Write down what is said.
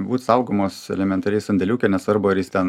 būt saugomos elementariai sandėliuke nesvarbu ar jis ten